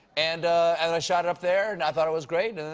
and and i shot it up there, and i thought it was great.